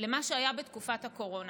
למה שהיה בתקופת הקורונה.